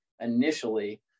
initially